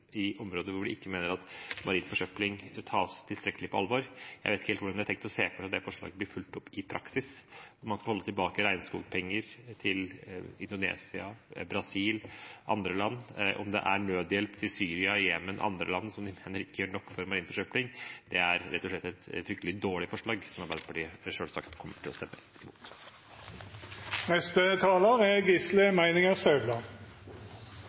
i områder hvor de mener marin forsøpling ikke tas tilstrekkelig på alvor. Jeg vet ikke helt hvordan de ser for seg at det forslaget skal bli fulgt opp i praksis. Man skal holde tilbake regnskogpenger til Indonesia, Brasil og andre land, og det er nødhjelp til Syria, Jemen og andre land som en mener ikke gjør nok for marin forsøpling. Det er rett og slett et fryktelig dårlig forslag, som Arbeiderpartiet selvsagt kommer til å stemme